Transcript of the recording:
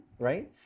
right